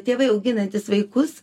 tėvai auginantys vaikus